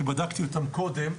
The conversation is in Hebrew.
כי בדקתי אותם קודם,